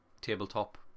tabletop